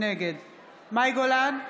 נגד מאי גולן,